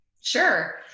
Sure